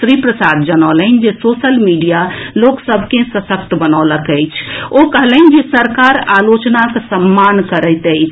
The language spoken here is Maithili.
श्री प्रसाद जनौलनि जे सोशल मीडिया लोक सभ के सशक्त बनौलक अछि ओ कहलनि जे सरकार आलोचनाक सम्मान करैत अछि